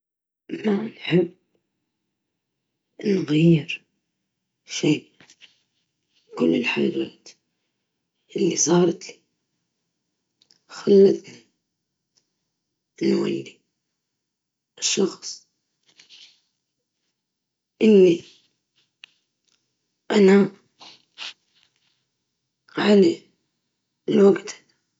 نرجع نخلي نفسي أكثر جرأة في قرارات حياتية معينة، لأنه كان ممكن نوصل لحاجات أحسن بقرارات أجرأ.